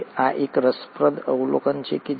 હવે આ એક રસપ્રદ અવલોકન છે